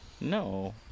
No